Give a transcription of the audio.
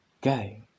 guy